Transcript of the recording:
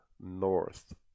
north